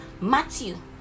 Matthew